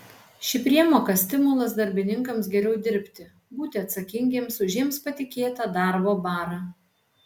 ši priemoka stimulas darbininkams geriau dirbti būti atsakingiems už jiems patikėtą darbo barą